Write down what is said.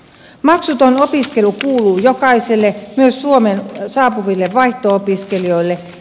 maksuton opiskelu kuuluu jokaiselle myös suomeen saapuville vaihto opiskelijoille